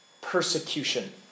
persecution